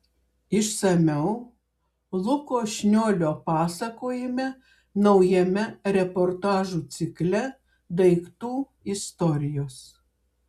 išsamiau luko šniolio pasakojime naujame reportažų cikle daiktų istorijos